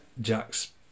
Jack's